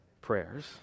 prayers